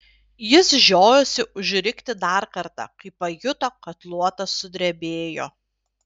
jis žiojosi užrikti dar kartą kai pajuto kad luotas sudrebėjo